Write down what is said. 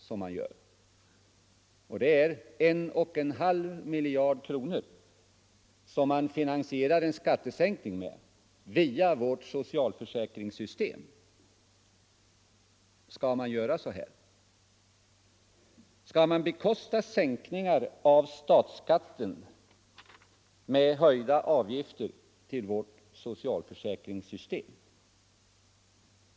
Det innebär en och en halv miljard kronor som man finansierar en skattesänkning med via vårt socialförsäkringssystem. Skall man göra så här? Skall man bekosta sänkningar av statsskatten med höjda avgifter till vårt socialförsäkringssystem?